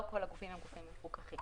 לא כל הגופים הם גופים מפוקחים.